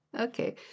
Okay